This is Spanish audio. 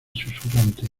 susurrante